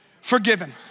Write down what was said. forgiven